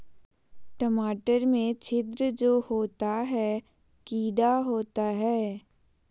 टमाटर में छिद्र जो होता है किडा होता है?